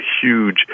huge